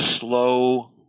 slow